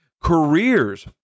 careers